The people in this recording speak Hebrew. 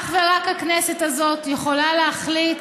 אך ורק הכנסת הזאת יכולה להחליט